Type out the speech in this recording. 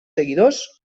seguidors